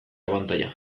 abantaila